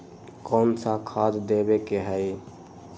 कोन सा खाद देवे के हई?